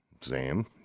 Sam